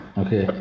okay